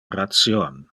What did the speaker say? ration